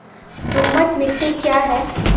दोमट मिट्टी क्या है?